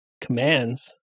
commands